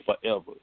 forever